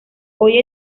hoy